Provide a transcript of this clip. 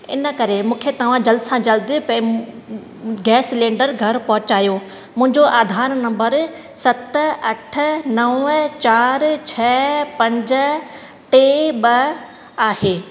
इन करे मूंखे तव्हां जल्द सां जल्द पेम गैस सिलेंडर घरु पहुचायो मुंहिंजो आधार नम्बर सत अठ नवं चार छह पंज टे ॿ आहे